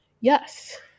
Yes